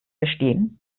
verstehen